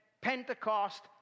Pentecost